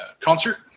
concert